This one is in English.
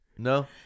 No